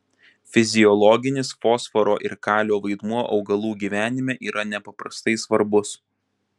fiziologinis fosforo ir kalio vaidmuo augalų gyvenime yra nepaprastai svarbus